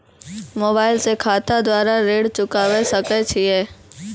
Mobile से खाता द्वारा ऋण चुकाबै सकय छियै?